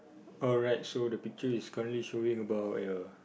alright so the picture is currently showing about ya